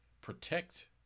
protect